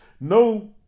No